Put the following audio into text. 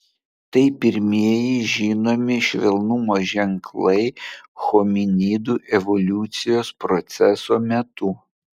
tai pirmieji žinomi švelnumo ženklai hominidų evoliucijos proceso metu